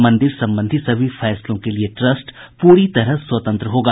मन्दिर संबंधी सभी फैसलों के लिए ट्रस्ट पूरी तरह स्वतंत्र होगा